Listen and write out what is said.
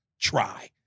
try